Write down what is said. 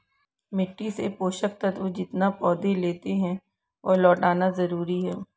मिट्टी से पोषक तत्व जितना पौधे लेते है, वह लौटाना जरूरी है